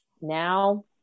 now